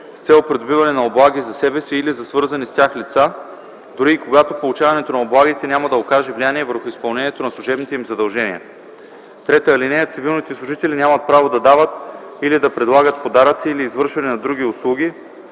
придобиване на облаги за себе си или за свързани с тях лица, дори и когато получаването на облагите няма да окаже влияние върху изпълнението на служебните им задължения. (3) Цивилните служители нямат право да дават или да предлагат подаръци или извършване на други услуги,